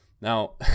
Now